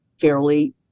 fairly